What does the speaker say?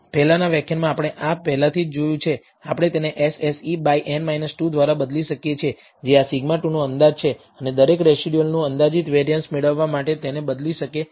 પહેલાનાં વ્યાખ્યાનમાં આપણે આ પહેલાથી જ જોયું છે આપણે તેને SSE બાય n 2 દ્વારા બદલી શકીએ છીએ જે આ σ2 નો અંદાજ છે અને દરેક રેસિડયુઅલ નું અંદાજિત વેરિઅન્સ મેળવવા માટે તેને બદલી શકે છે